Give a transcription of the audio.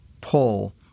pull